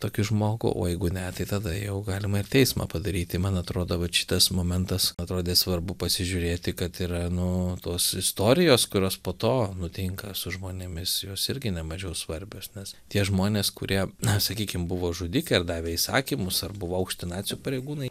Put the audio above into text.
tokį žmogų o jeigu ne tai tada jau galima ir teismą padaryti man atrodo vat šitas momentas atrodė svarbu pasižiūrėti kad yra nu tos istorijos kurios po to nutinka su žmonėmis jos irgi nemažiau svarbios nes tie žmonės kurie na sakykim buvo žudikai ar davė įsakymus ar buvo aukšti nacių pareigūnai